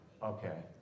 Okay